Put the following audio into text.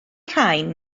rhain